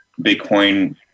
Bitcoin